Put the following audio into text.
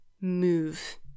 move